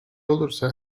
olursa